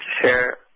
share